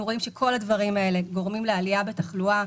אנחנו רואים שכל הדברים האלה גורמים לעלייה בתחלואה.